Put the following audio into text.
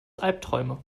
albträume